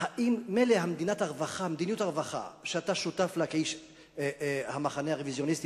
מילא מדיניות הרווחה שאתה שותף לה כאיש המחנה הרוויזיוניסטי